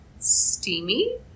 steamy